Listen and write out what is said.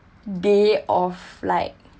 day of like